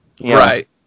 Right